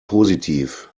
positiv